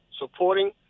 supporting